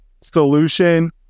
solution